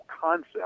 concept